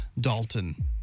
Dalton